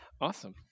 awesome